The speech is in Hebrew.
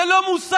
זה לא מוסר,